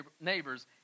neighbors